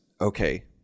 Okay